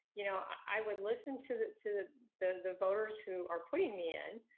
you know i would listen to that to the voters who are putting me in,